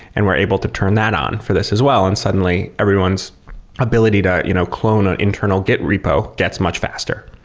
and we're able to turn that on for this as well. and suddenly everyone's ability to you know clone ah internal git repo gets much faster.